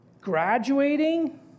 graduating